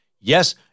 yes